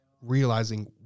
realizing